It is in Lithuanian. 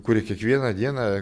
kurie kiekvieną dieną